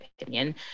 opinion